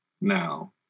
now